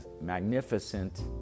magnificent